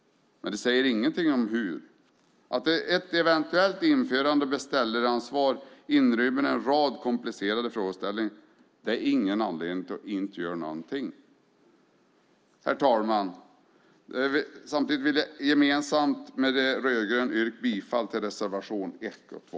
De säger ingenting om hur det ska göras. Att ett eventuellt införande av beställaransvar inrymmer en rad komplicerade frågeställningar är ingen anledning till att inte göra någonting. Herr talman! Jag yrkar bifall till De rödgrönas gemensamma reservationer 1 och 2.